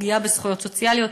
פגיעה בזכויות סוציאליות.